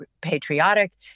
patriotic